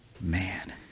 man